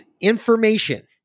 information